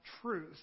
truth